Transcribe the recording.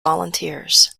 volunteers